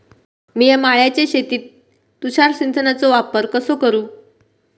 मिया माळ्याच्या शेतीत तुषार सिंचनचो वापर कसो करू?